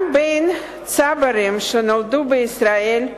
גם הצברים שנולדו בישראל,